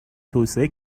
توسعه